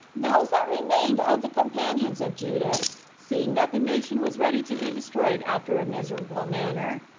those that remained of the companions of judas, seeing that the nation was ready to be destroyed after a miserable manner,